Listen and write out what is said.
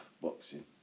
boxing